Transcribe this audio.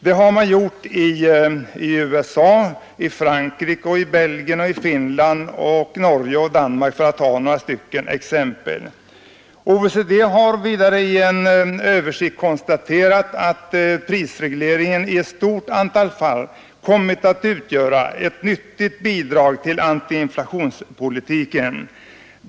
Det har man gjort i USA, Frankrike, Belgien, Finland, Norge och Danmark — för att ta några exempel. OECD har vidare i en översikt konstaterat att prisregleringen i ett stort antal fall kommit att utgöra ett nyttigt bidrag till antiinflationspolitiken.